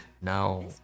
Now